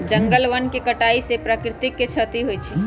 जंगल वन के कटाइ से प्राकृतिक के छति होइ छइ